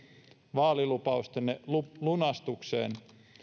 vaalilupaustenne lunastukseen